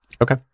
Okay